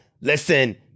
listen